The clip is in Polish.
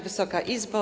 Wysoka Izbo!